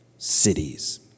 Cities